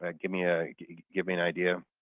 ah give me a give me an idea.